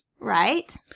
right